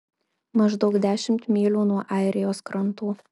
maždaug dešimt mylių nuo airijos krantų